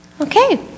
Okay